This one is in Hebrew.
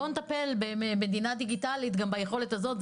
בואו נטפל במדינה הדיגיטלית שלנו גם ביכולת הזאת,